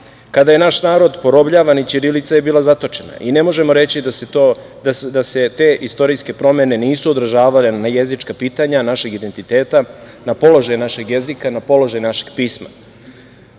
bih. Kada je naš narod porobljavan i ćirilica je bila zatočena. I ne možemo reći da se te istorijske promene nisu odražavale na jezička pitanja našeg identiteta, na položaj našeg jezika, na položaj našeg